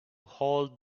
hold